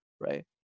right